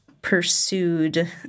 pursued